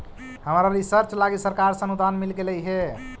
हमरा रिसर्च लागी सरकार से अनुदान मिल गेलई हे